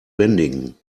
bändigen